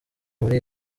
muri